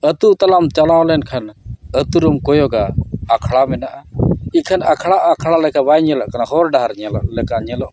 ᱟᱛᱳ ᱛᱟᱞᱟᱢ ᱪᱟᱞᱟᱣ ᱞᱮᱱᱠᱷᱟᱱ ᱟᱛᱳ ᱨᱮᱢ ᱠᱚᱭᱚᱜᱟ ᱟᱠᱷᱲᱟ ᱢᱮᱱᱟᱜᱼᱟ ᱮᱱᱠᱷᱟᱱ ᱟᱠᱷᱲᱟ ᱟᱠᱷᱲᱟ ᱞᱮᱠᱟ ᱵᱟᱭ ᱧᱮᱞᱚᱜ ᱠᱟᱱᱟ ᱦᱚᱨ ᱰᱟᱦᱟᱨ ᱞᱮᱠᱟ ᱧᱮᱞᱚᱜ ᱠᱟᱱᱟ